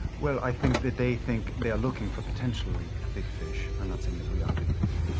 well, i think that they think they are looking for potentially big fish. i'm not saying that we are big fish.